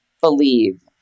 believe